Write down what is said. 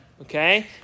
okay